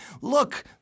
Look